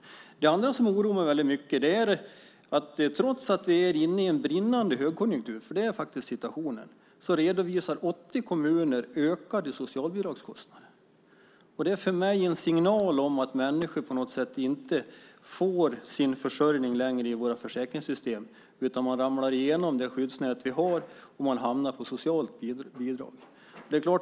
Något annat som oroar mig mycket är att trots att vi är inne i en brinnande högkonjunktur, vilket är situationen, redovisar 80 kommuner ökade socialbidragskostnader. Det är för mig en signal om att människor inte längre får sin försörjning i våra försäkringssystem, utan man ramlar igenom det skyddsnät vi har och hamnar i socialbidrag.